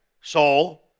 soul